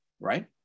right